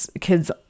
kids